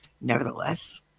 Nevertheless